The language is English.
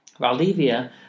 Valdivia